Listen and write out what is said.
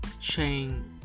chain